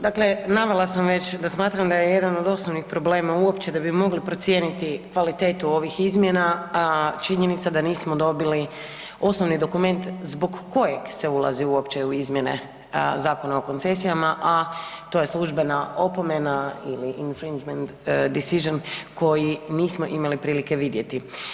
Dakle navela sam već da smatram da je jedan od osnovnih problema uopće da bi mogli procijeniti kvalitetu ovih izmjena, činjenica da nismo dobili osnovni dokument zbog kojeg se ulazi uopće u izmjene Zakona o koncesijama a to je službena opomena ili ... decision koji nismo imali prilike vidjeti.